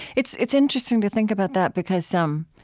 it's it's interesting to think about that, because, um,